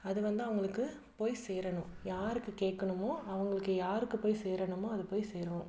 அது வந்து அவங்களுக்கு போய் சேரணும் யாருக்கு கேட்கணுமோ அவங்களுக்கு யாருக்கு போய் சேரணும் அது போய் சேரும்